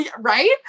Right